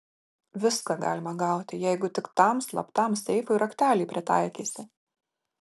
viską galima gauti jeigu tik tam slaptam seifui raktelį pritaikysi